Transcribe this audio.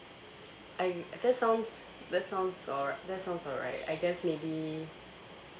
and that sounds that sounds alright that sounds alright I guess maybe